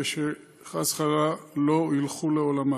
ושחס וחלילה לא ילכו לעולמם.